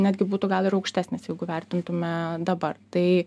netgi būtų gal ir aukštesnis jeigu vertintume dabar tai